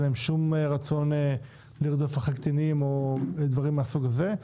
אין להם שום רצון לרדוף אחרי קטינים או דברים מהסוג הזה,